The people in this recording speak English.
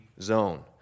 zone